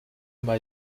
mal